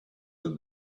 than